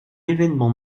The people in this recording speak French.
événement